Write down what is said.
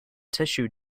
tissue